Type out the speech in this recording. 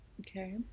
Okay